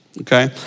okay